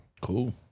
Cool